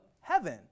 heaven